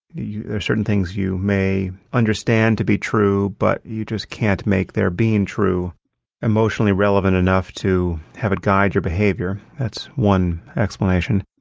there are certain things you may understand to be true, but you just can't make their being true emotionally relevant enough to have it guide your behavior. that's one explanation.